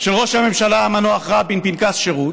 של ראש הממשלה המנוח רבין "פנקס שירות",